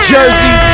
Jersey